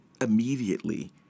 immediately